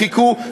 חיכו וחיכו,